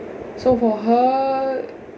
so far her